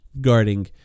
guarding